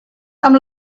amb